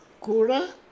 Kura